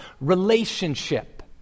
relationship